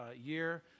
year